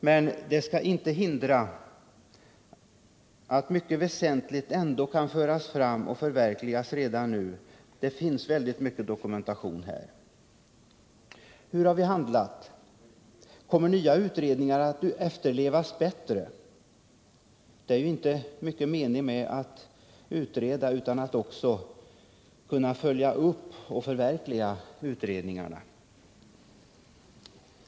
Men det hindrar inte att mycket väsentligt ändå kan föras fram och förverkligas redan nu. Det finns alltså mycken dokumentation här. Hur har vi då handlat? Kommer nya utredningar att följas upp bättre? Det är ju inte stor mening med att utreda om man inte också följer upp och förverkligar förslagen i utredningarna.